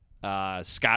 Scott